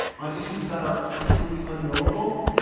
on issues that are actually unknowable.